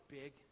big